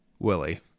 Willie